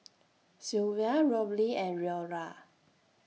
Sylvia Robley and Leora